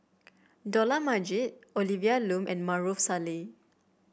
Dollah Majid Olivia Lum and Maarof Salleh